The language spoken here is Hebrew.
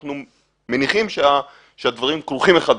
אנחנו מניחים שהדברים כרוכים אחד בשני.